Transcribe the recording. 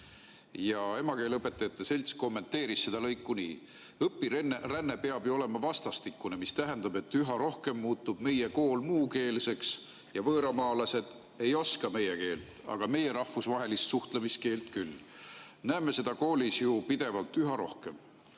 Emakeeleõpetajate Selts kommenteeris seda lõiku nii: "Õpiränne peab ju olema vastastikune, mis tähendab, et üha rohkem muutub meie kool muukeelseks – võõramaalased ju meie keelt ei oska, aga meie rahvusvahelist suhtlemiskeelt küll. Näeme seda koolis pidevalt ja järjest